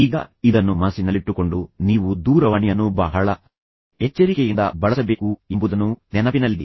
ಈಗ ಇದನ್ನು ಮನಸ್ಸಿನಲ್ಲಿಟ್ಟುಕೊಂಡು ನೀವು ದೂರವಾಣಿಯನ್ನು ಬಹಳ ಎಚ್ಚರಿಕೆಯಿಂದ ಬಳಸಬೇಕು ಎಂಬುದನ್ನು ನೆನಪಿನಲ್ಲಿಡಿ